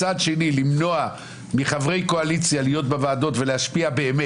מצד שני למנוע מחברי קואליציה להיות בוועדות ולהשפיע באמת,